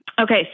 Okay